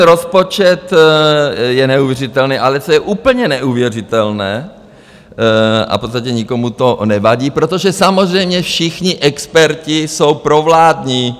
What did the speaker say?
Rozpočet je neuvěřitelný, ale co je úplně neuvěřitelné, a v podstatě nikomu to nevadí, protože samozřejmě všichni experti jsou provládní.